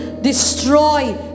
destroy